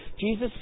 Jesus